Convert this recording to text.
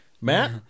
Matt